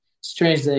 strange